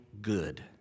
good